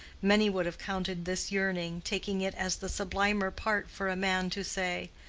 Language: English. many would have counted this yearning, taking it as the sublimer part for a man to say,